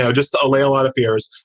yeah just to allay a lot of fears,